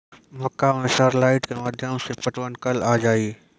मक्का मैं सर लाइट के माध्यम से पटवन कल आ जाए?